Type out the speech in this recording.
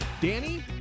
Danny